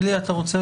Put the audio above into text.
רוצה